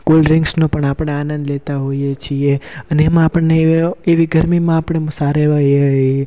કોલ્ડ્રિંક્સનો પણ આપણે આનંદ લેતા હોઈએ છીએ અને એમાં આપણને એ એવી ગરમીમાં આપણે સારા એવા એ